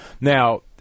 Now